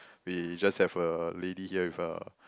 we just have a lady here with a